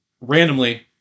Randomly